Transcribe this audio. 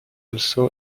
also